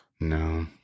No